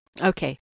Okay